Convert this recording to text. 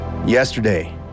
Yesterday